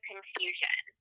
confusion